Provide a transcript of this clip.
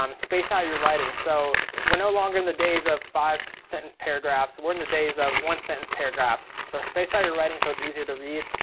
um space out your writing. so we're no longer in the days of five sentence paragraphs, we're in the days of one sentence paragraphs. so space out your writing, so it's easier to read.